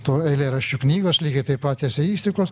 tų eilėraščių knygos lygiai taip pat eseistikos